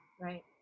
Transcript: Right